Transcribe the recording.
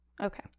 Okay